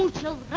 um killed